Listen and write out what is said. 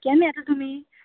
केन्ना येता तुमी